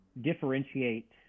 differentiate